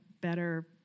better